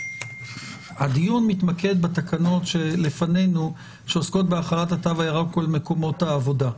הדיון מתמקד בתקנות שלפנינו שעוסקות בחלת התו הירוק על מקומות העבודה.